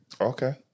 Okay